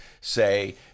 say